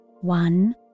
One